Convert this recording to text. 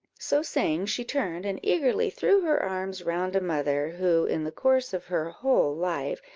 so saying, she turned, and eagerly threw her arms round a mother, who, in the course of her whole life,